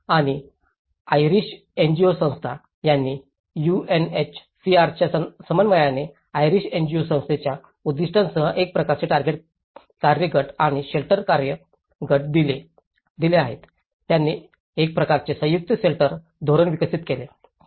आणि Irish NGO संस्था त्यांनी यूएनएचसीआरUNHCRच्या समन्वयाने आयरिश एनजीओ संस्थेच्या उद्दीष्टांसह एक प्रकारचे टार्गेट कार्य गट आणि शेल्टर कार्य गट दिले आहेत त्यांनी एक प्रकारचे संयुक्त शेल्टर धोरण विकसित केले